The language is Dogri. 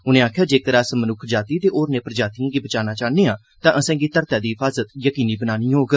उनें आखेआ जेक्कर अस मन्क्ख जाति ते होरनें प्रजातिएं गी बचाना चाहन्ने आं तां असें'गी धरती दी हिफाज़त यकीनी बनानी होग